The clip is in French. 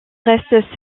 reste